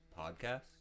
podcast